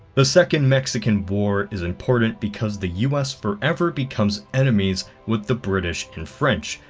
the second mexican war is important because the u s. forever becomes enemies with the british and french,